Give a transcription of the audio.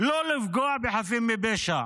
לא לפגוע בחפים מפשע,